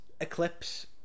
Eclipse